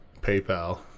PayPal